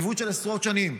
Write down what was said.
עיוות של עשרות שנים.